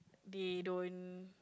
they don't